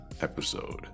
episode